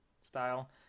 style